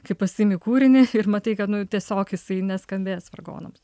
kai pasiimi kūrinį ir matai kad nu tiesiog jisai neskambės vargonams